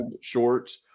shorts